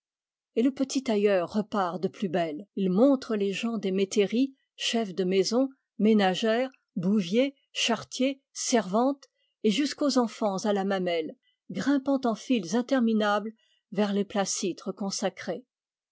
et le petit tailleur repart de plus belle il montre les gens des métairies chefs de maison ménagères bouviers charretiers servantes et jusqu'aux enfants à la mamelle grimpant en files interminables vers les placîtres consacrés